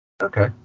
Okay